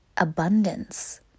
Abundance